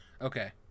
Okay